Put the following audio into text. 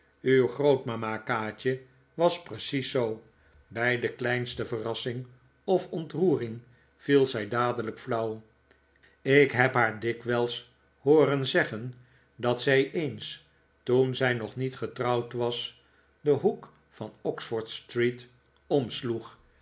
uw grootmama kaatje was precies zoo bij de kleihste verrassing of ontroering viel zij dadelijk flauw ik heb haar dikwijls hooren zeggen dat zij eens toen zij nog niet getrouwd was den hoek van oxford-street omsloeg